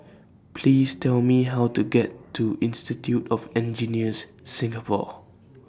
Please Tell Me How to get to Institute of Engineers Singapore